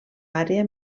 àrea